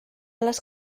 les